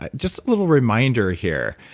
ah just a little reminder here.